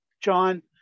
John